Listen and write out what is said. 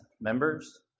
members